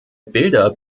bilder